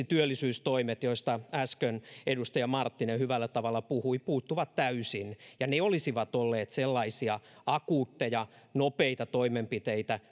työllisyystoimet joista äsken edustaja marttinen hyvällä tavalla puhui puuttuvat täysin ja ne olisivat olleet sellaisia akuutteja nopeita toimenpiteitä